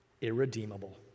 irredeemable